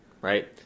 right